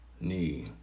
knee